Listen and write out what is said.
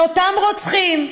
לאותם רוצחים,